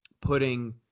putting